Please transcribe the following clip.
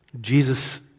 Jesus